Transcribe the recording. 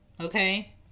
okay